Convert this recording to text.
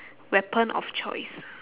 weapon of choice